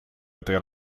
этой